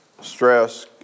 stress